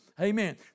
amen